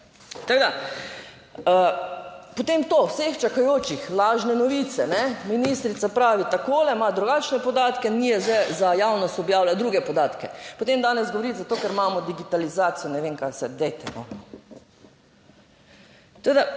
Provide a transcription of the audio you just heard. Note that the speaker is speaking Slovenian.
Tako da, potem to vseh čakajočih, lažne novice. Ministrica pravi takole, ima drugačne podatke, NIJZ za javnost objavlja druge podatke, potem danes govoriti zato, ker imamo digitalizacijo, ne vem kaj vse, dajte no.